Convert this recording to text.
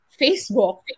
Facebook